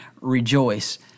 rejoice